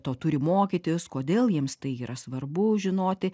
to turi mokytis kodėl jiems tai yra svarbu žinoti